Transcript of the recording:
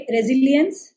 Resilience